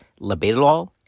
labetalol